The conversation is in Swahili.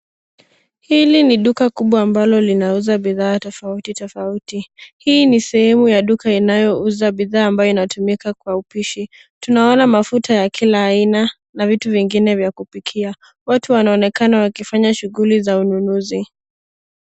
Hili ni duka kubwa ambalo linauza bidhaa tofauti, tofauti. Hii ni sehemu ya duka inayouza bidhaa ambayo inatumika kwa upishi. Tunaona mafuta ya kila aina na vitu vingine vya kupikia. Watu wanaonekana wakifanya shughuli za ununuzi.